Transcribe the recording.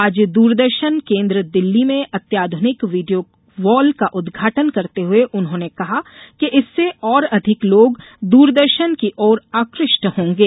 आज द्रदर्शन केन्द्र दिल्ली में अत्याध्रनिक वीडियो वॉल का उद्घाटन करते हुए उन्होंने कहा कि इससे और अधिक लोग दूरदर्शन की ओर आकृष्ट होगें